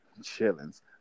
Chillings